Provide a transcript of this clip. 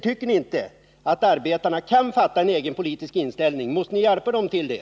Tycker ni att arbetarna själva kan inta politisk ställning eller måste ni hjälpa dem till det?